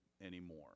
anymore